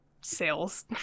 sales